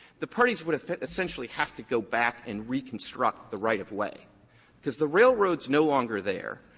the parties would essentially have to go back and reconstruct the right-of-way because the railroad is no longer there.